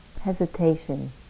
hesitation